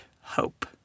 hope